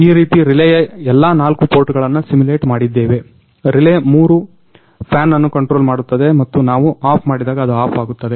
ಈ ರೀತಿ ರಿಲೇಯ ಎಲ್ಲಾ ನಾಲ್ಕು ಪೊರ್ಟ್ಗಳನ್ನ ಸಿಮುಲೆಟ್ ಮಾಡಿದ್ದೇವೆ ರಿಲೇ ಮೂರು ಫ್ಯಾನ್ ಅನ್ನ ಕಂಟ್ರೊಲ್ ಮಾಡುತ್ತದೆ ಮತ್ತು ನಾವು ಆಫ್ ಮಾಡಿದಾಗ ಅದು ಆಫ್ ಆಗುತ್ತದೆ